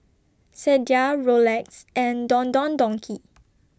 Sadia Rolex and Don Don Donki